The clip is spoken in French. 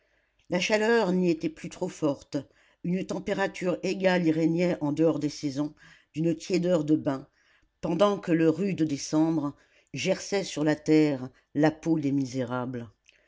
la chaleur n'y était plus trop forte une température égale y régnait en dehors des saisons d'une tiédeur de bain pendant que le rude décembre gerçait sur la terre la peau des misérables